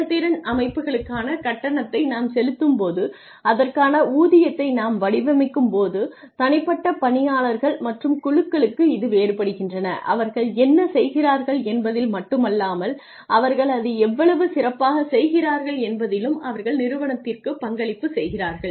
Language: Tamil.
செயல்திறன் அமைப்புகளுக்கான கட்டணத்தை நாம் செலுத்தும்போது அதற்கான ஊதியத்தை நாம் வடிவமைக்கும்போது தனிப்பட்ட பணியாளர்கள் மற்றும் குழுக்கக்குக்கு இது வேறுபடுகின்றன அவர்கள் என்ன செய்கிறார்கள் என்பதில் மட்டுமல்லாமல் அவர்கள் அதை எவ்வளவு சிறப்பாகச் செய்கிறார்கள் என்பதிலும் அவர்கள் நிறுவனத்திற்குப் பங்களிப்பு செய்கிறார்கள்